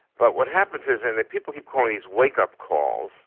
but what happens is then that people keep calling these wake-up calls,